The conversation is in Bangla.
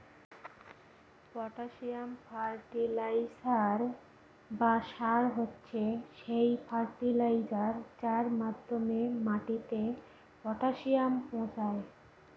পটাসিয়াম ফার্টিলাইসার বা সার হচ্ছে সেই ফার্টিলাইজার যার মাধ্যমে মাটিতে পটাসিয়াম পৌঁছায়